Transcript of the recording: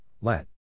let